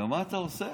ומה אתה עושה,